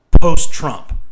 post-Trump